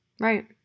Right